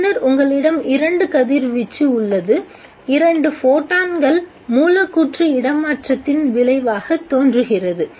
பின்னர் உங்களிடம் இரண்டு கதிர்வீச்சு உள்ளது இரண்டு ஃபோட்டான்கள் மூலக்கூற்று இடமாற்றத்தின் விளைவாகத் தோன்றுகிறது